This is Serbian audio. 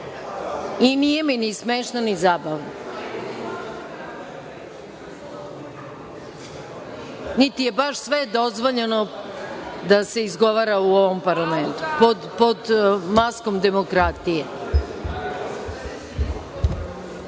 I nije mi ni smešno ni zabavno. Niti je baš sve dozvoljeno da se izgovara u ovom parlamentu.(Posle pauze)